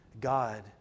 God